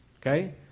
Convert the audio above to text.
okay